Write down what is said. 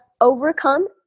overcome